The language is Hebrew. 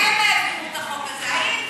שניהם העבירו את החוק הזה.